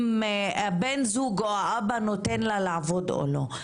אם בן זוג או אבא נותן לה לעבוד או לא.